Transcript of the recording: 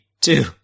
two